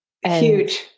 Huge